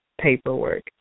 paperwork